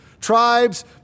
Tribes